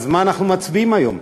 אז מה אנחנו מצביעים היום?